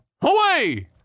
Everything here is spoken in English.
Away